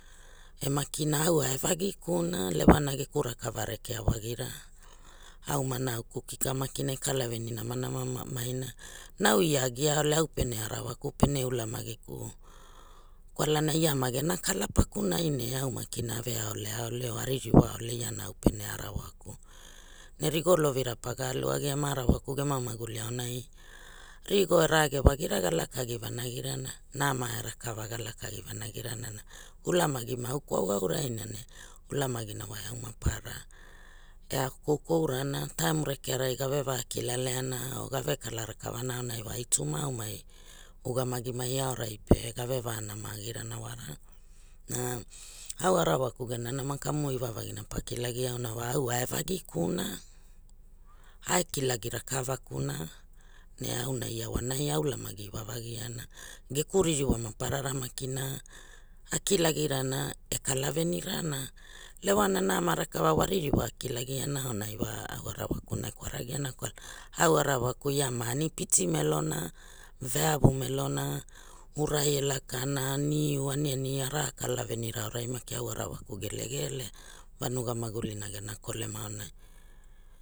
E makina au ae vagikuna lewana geku rakava rekea wagira au ma nauku kika maki e kalaveni namanama maina, na au ia agia ole au pere rawaku pene ulamagiku kwalana ia ma gena kala pakunai ne au makina ave aolea ole or aririwa ole iana au pene arawaku ne rigolo vira paga aluagia ma arawaku gena maguli aonai rigo e rage wa gera ga lakagi vanagirana nama e rakava ga lakagi vanagi rana na ulamagi ma au kwaova aurai na ne ulamaginawa eau maparara ea koukourana taim rekearai gave vakila leana or gave kalarakavana aunai wa ai tu ma aunai ugamagianai aunai pe gave vanama agira wara na au arawaku gera nama kamu iwavagia pa kilagia auna wa au e ae vagikuna ae kilagi rakava kuna na auna ia wanai a ulamagi iwavagi ana geku ririwa maparara makina akilagi rana e kalaveni ana lewana nama rakava wa ririwa a kilagiana aunai wa au arawakuna e kwara agiana kwalana au arawaku ia ma ani piti melona eavu melona arai e lakana niu aniani araa kalavenira aurai maki au arawaku gelgel vanuga magulina gena kolema aonai